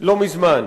לא מזמן.